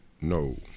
No